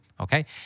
okay